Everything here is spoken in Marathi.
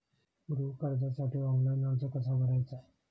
गृह कर्जासाठी ऑनलाइन अर्ज कसा भरायचा?